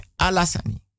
alasani